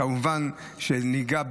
כמובן שאז תלו את